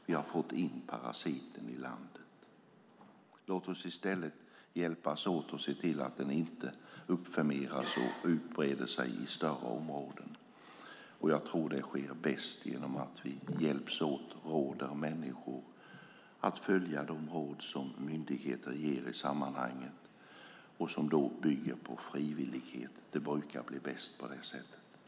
Vi har fått in parasiten i landet. Låt oss i stället hjälpas åt att se till att den inte breder ut sig i större områden. Jag tror att det sker bäst genom att vi hjälps åt och råder människor att följa de råd som myndigheter ger i sammanhanget och som bygger på frivillighet. Det brukar bli bäst på det sättet.